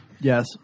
Yes